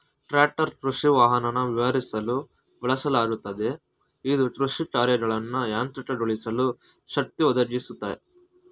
tractor ಕೃಷಿವಾಹನನ ವಿವರಿಸಲು ಬಳಸಲಾಗುತ್ತೆ ಇದು ಕೃಷಿಕಾರ್ಯಗಳನ್ನ ಯಾಂತ್ರಿಕಗೊಳಿಸಲು ಶಕ್ತಿ ಒದಗಿಸುತ್ತೆ